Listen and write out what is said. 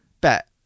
bet